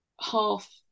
half